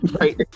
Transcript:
right